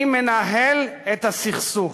אני מנהל את הסכסוך,